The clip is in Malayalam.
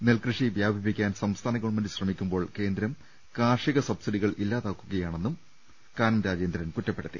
നെൽകൃഷി വ്യാപിപ്പിക്കാൻ സംസ്ഥാന ഗവൺമെന്റ് ശ്രമിക്കുമ്പോൾ കേന്ദ്രം കാർഷിക സബ്സിഡികൾ ഇല്ലാതാക്കുകയാണെന്നും കാനം രാജേന്ദ്രൻ കുറ്റപ്പെടുത്തി